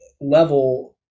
level